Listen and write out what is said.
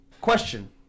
question